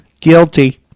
Guilty